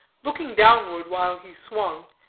looking downward while he swung,